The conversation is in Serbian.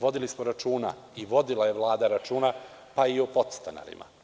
Vodili smo računa i vodila je Vlada računa pa i o podstanarima.